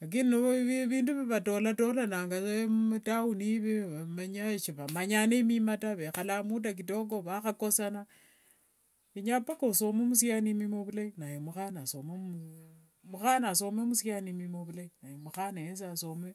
lakini vindu vya vatolanga saa mutown evo vamenyayo sivamanyane mima taa, vekhala muda kidogo vakhakosana, kenyanga mpaka osome musiani mima vulai, mukhana asome musiani mima vulai naye mukhana yesi asomwe.